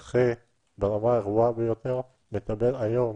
נכה, ברמה הגבוהה ביותר מקבל היום